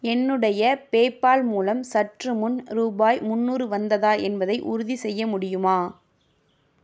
என்னுடைய PayPal மூலம் சற்றுமுன் ரூபாய் முன்னூறு வந்ததா என்பதை உறுதிசெய்ய முடியுமா